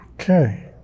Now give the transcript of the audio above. Okay